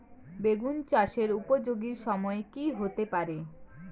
বেগুন চাষের উপযোগী সময় কি হতে পারে?